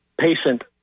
patient